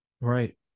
right